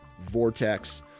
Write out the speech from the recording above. Vortex